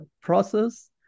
process